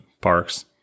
parks